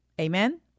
Amen